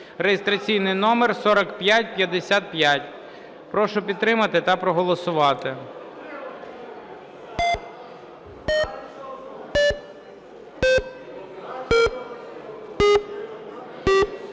(реєстраційний номер 4555). Прошу підтримати та проголосувати.